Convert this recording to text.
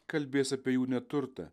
kalbės apie jų neturtą